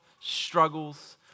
struggles